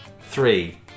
Three